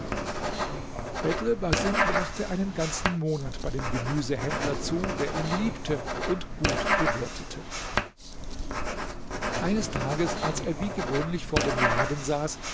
bedr basim brachte einen ganzen monat bei dem gemüsehändler zu der ihn liebte und gut bewirtete eines tages als er wie gewöhnlich vor dem laden saß